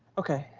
okay,